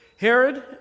Herod